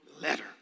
letter